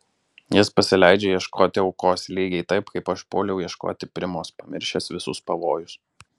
jis pasileidžia ieškoti aukos lygiai taip kaip aš puoliau ieškoti primos pamiršęs visus pavojus